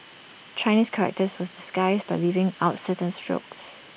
Chinese characters were disguised by leaving out certain strokes